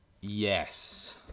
Yes